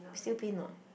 p~ still pain not